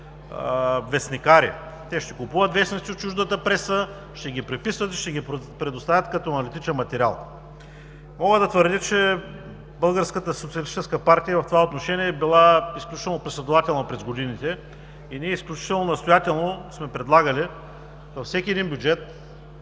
вестникари. Те ще си купуват вестници от чуждата преса, ще ги преписват и ще ги предоставят като аналитичен материал. Мога да твърдя, че в това отношение Българската социалистическа партия е била изключително последователна през годините и ние изключително настоятелно сме предлагали във всеки един бюджет